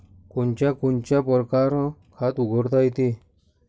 कोनच्या कोनच्या परकारं खात उघडता येते?